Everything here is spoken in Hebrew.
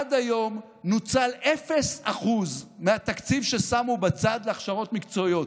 עד היום נוצל 0% מהתקציב ששמו בצד להכשרות מקצועיות.